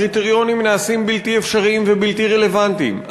הקריטריונים נעשים בלתי אפשריים ובלתי רלוונטיים.